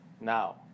Now